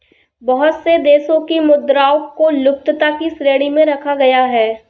बहुत से देशों की मुद्राओं को लुप्तता की श्रेणी में रखा गया है